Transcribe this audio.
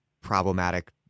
problematic